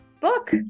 book